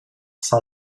sans